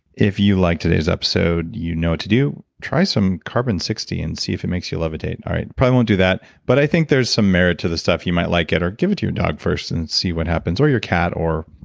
if you liked today's episode, you know what to do. try some carbon sixty and see if it makes you levitate. all right. it probably won't do that. but i think there's some merit to the stuff. you might like it. or give it to your dog first, and see what happens. or your cat, or.